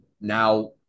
now